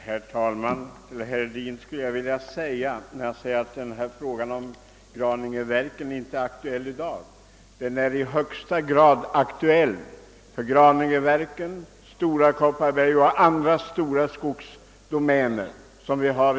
Herr talman! Herr Hedin säger att frågan om Graningeverken inte är aktuell i dag. Det är den i högsta grad för Graningeverken liksom Stora Kopparberg och andra stora skogsbolag.